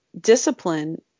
discipline